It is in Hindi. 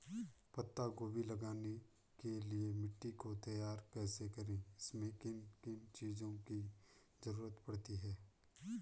पत्ता गोभी लगाने के लिए मिट्टी को तैयार कैसे करें इसमें किन किन चीज़ों की जरूरत पड़ती है?